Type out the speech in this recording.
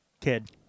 Kid